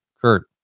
Kurt